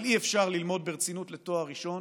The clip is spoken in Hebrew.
אבל אי-אפשר ללמוד ברצינות לתואר ראשון